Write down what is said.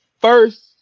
first